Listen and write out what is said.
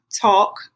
talk